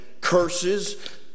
curses